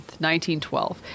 1912